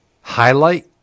highlight